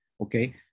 Okay